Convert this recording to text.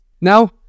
now